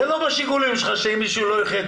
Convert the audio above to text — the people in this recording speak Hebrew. זה לא בשיקולים שלך שאם מישהו לא יחיה,